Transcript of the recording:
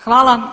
Hvala.